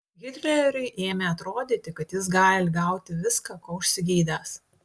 hitleriui ėmė atrodyti kad jis gali gauti viską ko užsigeidęs